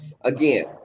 Again